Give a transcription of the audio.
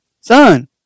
son